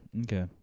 Okay